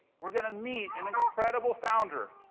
we're gonna meet an incredible founder,